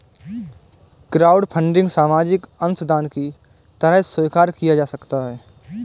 crowdfunding सामाजिक अंशदान की तरह स्वीकार किया जा सकता है